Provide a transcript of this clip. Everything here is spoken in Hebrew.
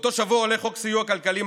באותו שבוע עולה חוק סיוע כלכלי,